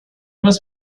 must